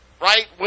right